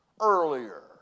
earlier